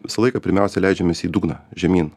visą laiką pirmiausia leidžiamės į dugną žemyn